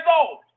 old